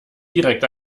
direkt